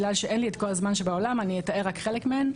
בגלל שאין לי הרבה זמן אני אתאר חלק מהם: